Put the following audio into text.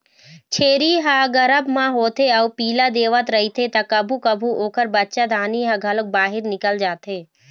छेरी ह गरभ म होथे अउ पिला देवत रहिथे त कभू कभू ओखर बच्चादानी ह घलोक बाहिर निकल जाथे